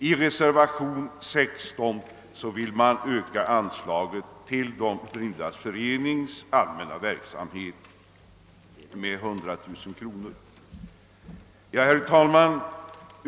I reservationen 16 föreslås en ökning av anslaget till De blindas förenings allmänna biblioteksverksamhet med 100 000 kronor utöver Kungl. Maj:ts förslag. Herr talman!